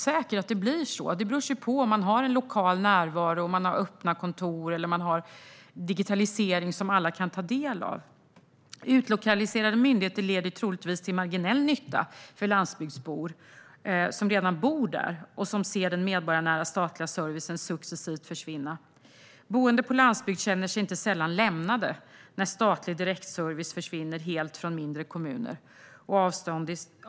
Det beror ju på om man har en lokal närvaro med öppna kontor eller om man har en digitalisering som alla kan ta del av. Utlokaliserade myndigheter leder troligtvis till marginell nytta för dem som redan bor på landsbygden och som ser den medborgarnära statliga servicen successivt försvinna. Boende på landsbygd känner sig inte sällan lämnade när statlig direktservice försvinner helt från mindre kommuner.